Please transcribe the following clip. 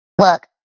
look